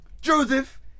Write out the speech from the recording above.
Joseph